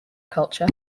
culture